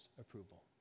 approval